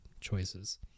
choices